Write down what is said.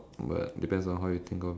okay cool